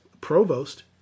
provost